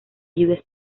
lluvias